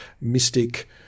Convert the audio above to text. mystic